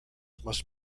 must